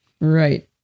Right